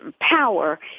power